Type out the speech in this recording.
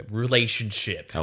relationship